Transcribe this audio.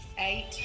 Eight